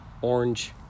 orange